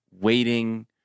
Waiting